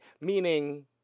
Meaning